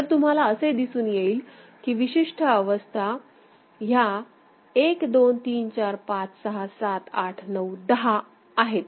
तर तुम्हाला असे दिसून येईल की विशिष्ट अवस्था ह्या 1 2 3 4 5 6 7 8 9 10 आहेत